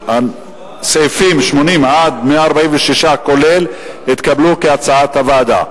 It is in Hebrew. שסעיפים 80 146, כולל, התקבלו כהצעת הוועדה.